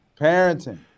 Parenting